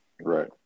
Right